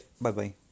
bye-bye